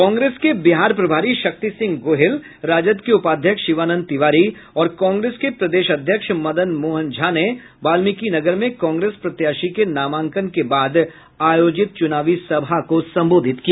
कांग्रेस के बिहार प्रभारी शक्ति सिंह गोहिल राजद के उपाध्यक्ष शिवानंद तिवारी और कांग्रेस के प्रदेश अध्यक्ष मदन मोहन झा ने वाल्मिकीनगर में कांग्रेस प्रत्याशी के नामांकन के बाद आयोजित चुनावी सभा को संबोधित किया